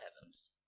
heavens